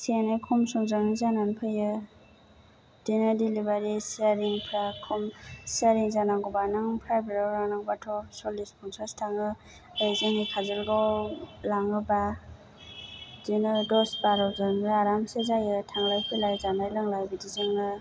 एसे एनै खम समजों जानानै फैयो बिदिनो दिलिभारि चिजारिंफ्रा खम चिजारिं जानांगौबा नों प्राइभेटाव लांनांगौबाथ' चल्लिस पनचास थाङो ओरै जोंनि काजलगावआव लाङोबा बिदिनो दस बार'जों आरामसे जायो थांलाय फैलाय जानाय लोंनाय बिदिजोंनो